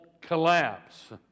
collapse